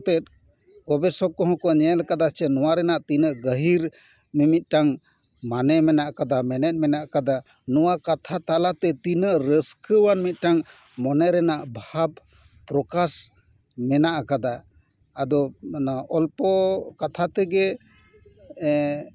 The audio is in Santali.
ᱠᱟᱛᱮ ᱜᱚᱵᱮᱥᱚᱠ ᱠᱚᱦᱚᱸ ᱠᱚ ᱧᱮᱞ ᱟᱠᱟᱫᱟ ᱥᱮ ᱱᱚᱣᱟ ᱨᱮᱱᱟᱜ ᱛᱤᱱᱟᱹᱜ ᱜᱟᱹᱦᱤᱨ ᱢᱤᱢᱤᱫᱴᱟᱝ ᱢᱟᱱᱮ ᱢᱮᱱᱟᱜ ᱟᱠᱟᱫᱟ ᱢᱮᱱᱮᱛ ᱢᱮᱱᱟᱜ ᱟᱠᱟᱫᱟ ᱱᱚᱣᱟ ᱠᱟᱛᱷᱟ ᱛᱟᱞᱟᱛᱮ ᱛᱤᱱᱟᱹᱜ ᱨᱟᱹᱥᱠᱟᱹᱣᱟᱱ ᱢᱚᱫᱴᱟᱝ ᱢᱚᱱᱮ ᱨᱮᱱᱟᱜ ᱵᱷᱟᱵᱽ ᱯᱨᱚᱠᱟᱥ ᱢᱮᱱᱟᱜ ᱟᱠᱟᱫᱟ ᱟᱫᱚ ᱚᱱᱟ ᱚᱞᱯᱚ ᱠᱟᱛᱷᱟ ᱛᱮᱜᱮ